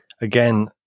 Again